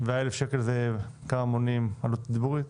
השקלים האלה עונים על דיבורית?